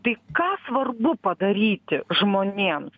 tai ką svarbu padaryti žmonėms